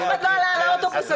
אף אחד לא עלה על האוטובוס הזה.